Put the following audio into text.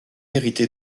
hérité